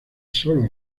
sólo